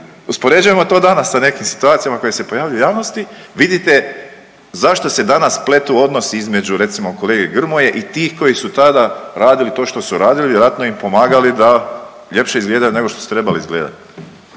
Uspoređujemo to danas sa nekim situacijama koje se pojavljuju u javnosti, vidite zašto se danas pletu odnosi između recimo kolege Grmoje i tih koji su tada radili to što su radili vjerojatno im pomagali da ljepše izgledaju nešto su trebali izgledat.